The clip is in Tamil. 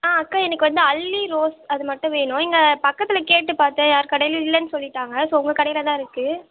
ஆ அக்கா எனக்கு வந்து அல்லி ரோஸ் அது மட்டும் வேணும் இங்கே பக்கத்தில் கேட்டுப் பார்த்தேன் யாரு கடையிலையும் இல்லன்னு சொல்லிட்டாங்க ஸோ உங்கள் கடையில்தான் இருக்குது